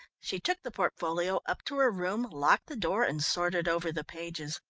she took the portfolio up to her room, locked the door and sorted over the pages.